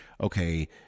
okay